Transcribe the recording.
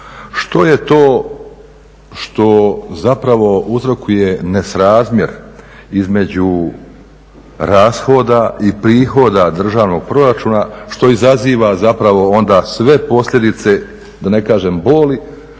Što je to što zapravo uzrokuje nesrazmjer između rashoda i prihoda državnog proračuna, što izaziva zapravo onda sve posljedice da ne kažem boli